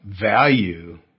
value